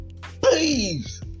please